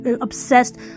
obsessed